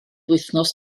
wythnos